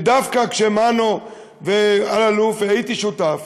כי דווקא כשמנו ואלאלוף, והייתי שותף